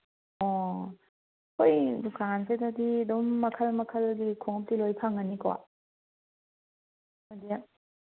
ꯑꯣ ꯑꯩꯈꯣꯏ ꯗꯨꯀꯥꯟꯁꯤꯗꯗꯤ ꯑꯗꯨꯝ ꯃꯈꯜ ꯃꯈꯜꯒꯤ ꯈꯣꯡꯎꯞ ꯂꯣꯏ ꯐꯪꯉꯅꯤꯀꯣ